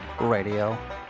Radio